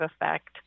effect